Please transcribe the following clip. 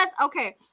okay